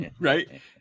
Right